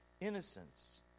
innocence